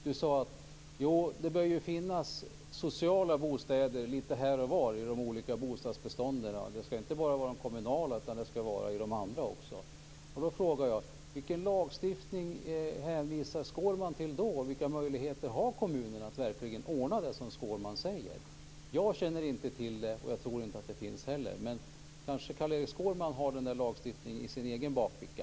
Du sade att det bör finnas sociala bostäder lite här och var i de olika bostadsbestånden, inte bara i de kommunala utan även i de privata. Då frågar jag: Vilken lagstiftning hänvisar Skårman till då? Vilka möjligheter har kommunerna att verkligen ordna lägenheter för sociala förturer? Jag känner inte till någon sådan lagstiftning, och jag tror inte heller att det finns någon. Kanske Carl-Erik Skårman har den typen av lagstiftning i sin egen bakficka?